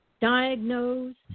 diagnosed